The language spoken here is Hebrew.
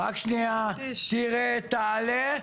תרד, תעלה,